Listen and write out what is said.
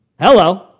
Hello